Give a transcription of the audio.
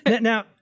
Now